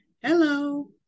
hello